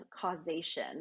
causation